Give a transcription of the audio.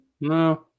No